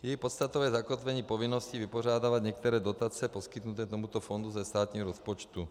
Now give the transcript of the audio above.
Její podstatou je zakotvení povinnosti vypořádávat některé dotace poskytnuté tomuto fondu ze státního rozpočtu.